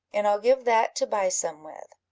and i'll give that to buy some with.